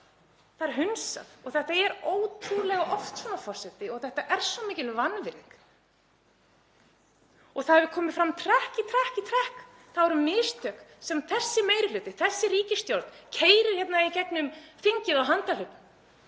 Það er hunsað. Þetta er ótrúlega oft, frú forseti, og þetta er svo mikil vanvirðing. Það hefur komið fram trekk í trekk að það eru mistök sem þessi meiri hluti, þessi ríkisstjórn keyrir hérna í gegnum þingið á handahlaupum